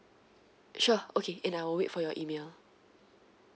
sure okay and I'll wait for your email